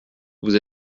vous